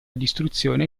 distruzione